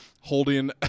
holding